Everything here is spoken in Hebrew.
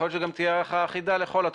יכול להיות שגם תהיה הארכה אחידה לכל התקופות,